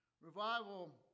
Revival